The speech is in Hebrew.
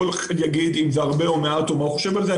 וכל אחד יגיד אם זה הרבה או מעט או מה הוא חושב על זה.